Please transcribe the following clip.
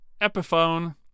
Epiphone